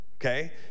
okay